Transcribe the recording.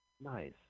Nice